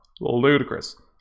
ludicrous